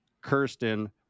Kirsten